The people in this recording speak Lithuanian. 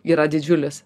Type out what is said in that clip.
yra didžiulis